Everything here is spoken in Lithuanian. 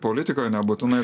politikoj nebūtinai